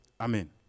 Amen